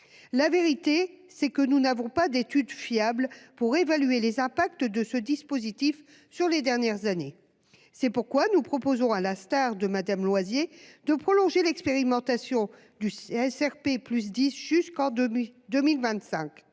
La vérité, c'est que nous n'avons pas d'études fiables pour évaluer les impacts de ce dispositif sur les dernières années. C'est pourquoi nous proposons, à l'instar de Mme Loisier, de prolonger l'expérimentation du SRP+10 jusqu'en 2025,